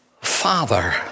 Father